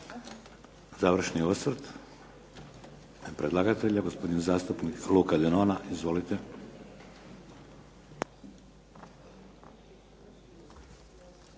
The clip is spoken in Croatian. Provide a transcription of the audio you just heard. Završni osvrt, u ime predlagatelja gospodin zastupnik Luka Denona. Izvolite.